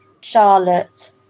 Charlotte